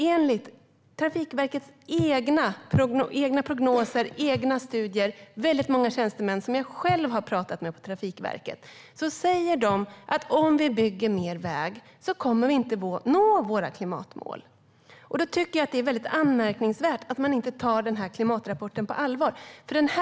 Enligt Trafikverkets egna prognoser och studier och enligt många av verkets tjänstemän som jag själv har pratat med kommer vi inte att nå våra klimatmål om vi bygger mer väg. Då tycker jag att det är anmärkningsvärt att man inte tar klimatrapporten på allvar.